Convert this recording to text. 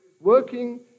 working